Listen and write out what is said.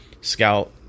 scout